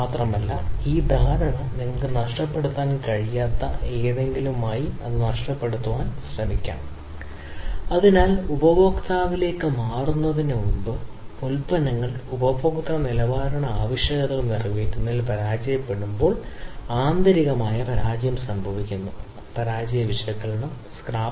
ഒപ്പം എന്നിരുന്നാലും ഗുണനിലവാരം നഷ്ടപ്പെടുന്നതിലൂടെ ഗുണനിലവാരം മെച്ചപ്പെടുത്തുന്നു ഈ ഗുണനിലവാരം മെച്ചപ്പെടുത്തുന്നതിനായി വർദ്ധിച്ചുവരുന്ന ഉൽപ്പാദനം ഉണ്ടാകാം കർശനമായ നിലവാരം പുലർത്തുന്നതിന് പ്രക്രിയയിൽ അധികമായി അടിച്ചേൽപ്പിക്കുന്നതിനാൽ ചെലവ് പ്രക്രിയ